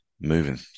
Moving